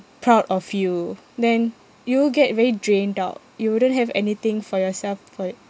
proud of you then you'll get very drained out you wouldn't have anything for yourself for